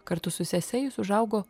kartu su sese jis užaugo